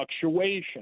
fluctuation